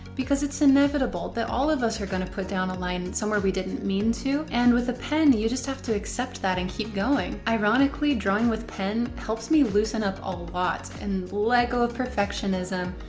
because it's inevitable that all of us are going to put down a line and somewhere we didn't mean to, and with a pen you just have to accept that and keep going. ironically, drawing with pen helps me loosen up a lot and let go of perfectionism,